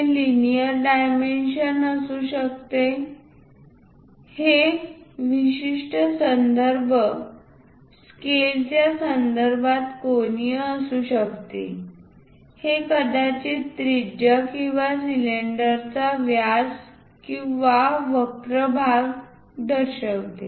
ते linear dimensions असू शकतात हे विशिष्ट संदर्भ स्केलच्या संदर्भात कोनीय असू शकते हे कदाचित त्रिज्या किंवा सिलेंडरचा व्यास किंवा वक्र भाग दर्शविते